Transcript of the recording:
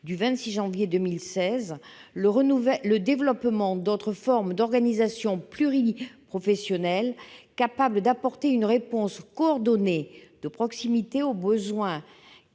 de santé, le développement d'autres formes d'organisations pluriprofessionnelles capables d'apporter une réponse coordonnée de proximité aux besoins